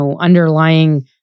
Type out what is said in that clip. underlying